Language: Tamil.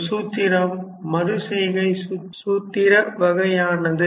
இந்த சூத்திரம் மறுசெய்கை சூத்திர வகையானது